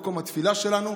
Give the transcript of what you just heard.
זה מקום התפילה שלנו.